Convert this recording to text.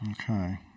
Okay